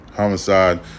Homicide